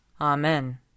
Amen